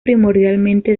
primordialmente